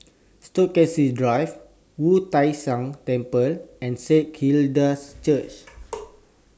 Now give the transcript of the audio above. Stokesay Drive Wu Tai Shan Temple and Saint Hilda's Church